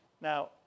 Now